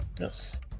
Yes